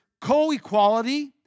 co-equality